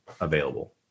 available